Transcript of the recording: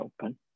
open